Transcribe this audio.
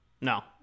no